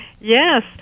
Yes